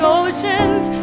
oceans